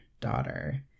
daughter